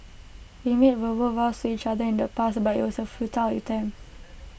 we made verbal vows to each other in the past but IT was A futile attempt